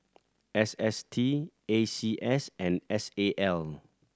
S S T A C S and S A L